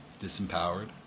disempowered